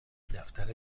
دفتر